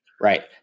Right